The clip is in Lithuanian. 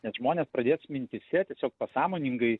nes žmonės pradės mintyse tiesiog pasąmoningai